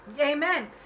amen